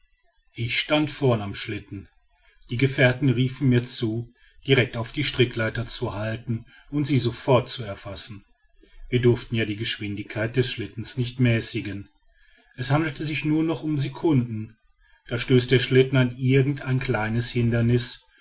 ich stand vorn am schlitten die gefährten riefen mir zu direkt auf die strickleiter zu halten und sie sofort zu erfassen wir durften ja die geschwindigkeit des schlittens nicht mäßigen es handelte sich noch um sekunden da stößt der schlitten an irgendein kleines hindernis